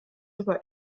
über